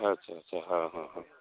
ଆଚ୍ଛା ଆଚ୍ଛା ହଁ ହଁ ହଁ